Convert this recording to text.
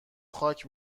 خاک